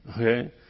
Okay